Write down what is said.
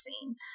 seen